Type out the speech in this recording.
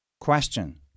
Question